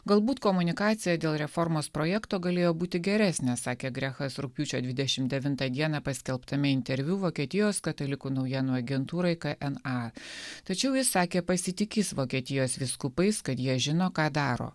galbūt komunikacija dėl reformos projekto galėjo būti geresnė sakė grechas rugpjūčio dvidešim devintą dieną paskelbtame interviu vokietijos katalikų naujienų agentūrai kna tačiau jis sakė pasitikys vokietijos vyskupais kad jie žino ką daro